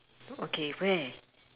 okay where